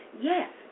Yes